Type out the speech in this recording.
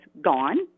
gone